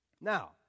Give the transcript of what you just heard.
Now